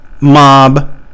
mob